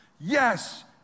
Yes